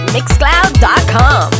Mixcloud.com